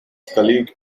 colleague